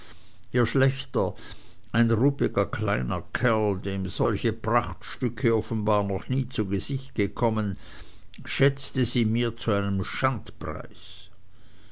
ihr schlächter ein ruppiger kleiner kerl dem solche prachtstücke offenbar noch nie zu gesicht gekommen schätzte sie mir zu einem